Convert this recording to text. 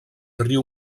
riu